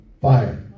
fire